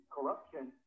corruption